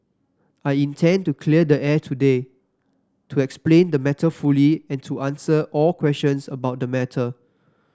I intend to clear the air today to explain the matter fully and to answer all questions about the matter